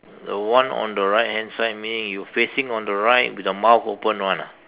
the one on the right hand side meaning you facing on the right with the mouth open [one] ah